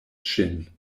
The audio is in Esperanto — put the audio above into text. ŝin